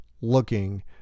looking